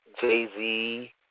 Jay-Z